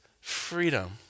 freedom